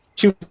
Two